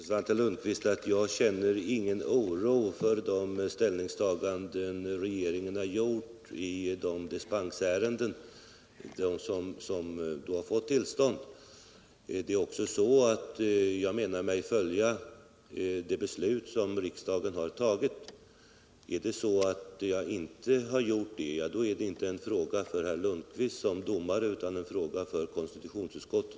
Herr talman! Jag känner ingen oro för de ställningstaganden regeringen har gjort i de ärenden där dispens har beviljats. Jag menar mig också följa det beslut som riksdagen har tagit. Är det så att jag inte har gjort det, då är det inte en fråga för herr Lundkvist som domare utan en fråga för konstitulionsutskottet.